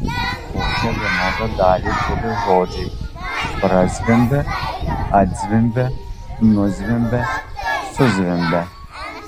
kokią vienodą dalį turi žodžiai prazvimbia atzvimbia nuzvimbia suzvimbia